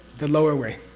the lower way,